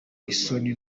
isoni